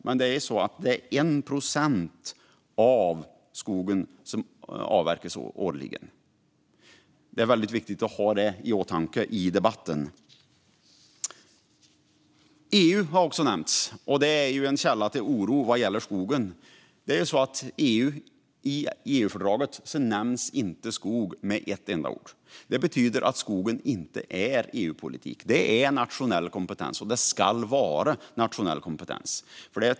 Men det är 1 procent av skogen som avverkas årligen. Det är viktigt att ha det i åtanke i debatten. EU har också nämnts. EU är en källa till oro vad gäller skogen. I EU-fördraget nämns inte skog med ett enda ord. Det betyder att skogen inte är EU-politik. Det är nationell kompetens, och det ska vara nationell kompetens.